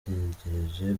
dutegereje